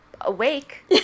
awake